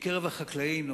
מקרב החקלאים,